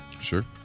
Sure